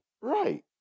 Right